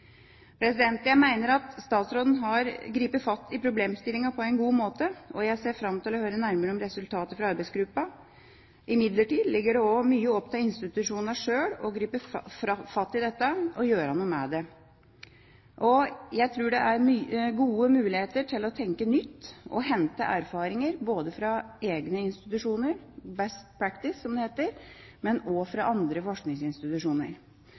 Jeg mener at statsråden har grepet fatt i problemstillingen på en god måte, og jeg ser fram til å høre nærmere om resultatet fra arbeidsgruppa. Imidlertid er det også mye opp til institusjonene sjøl å gripe fatt i dette og gjøre noe med det. Jeg tror det er gode muligheter til å tenke nytt og hente erfaringer både fra egne institusjoner – «best practice», som det heter – og også fra andre forskningsinstitusjoner.